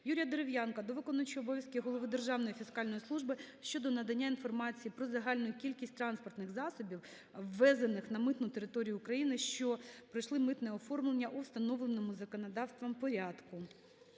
Юрія Дерев'янка до виконуючого обов'язки голови Державної фіскальної служби щодо надання інформації про загальну кількість транспортних засобів, ввезених на митну територію України, що пройшли митне оформлення у встановленому законодавством порядку.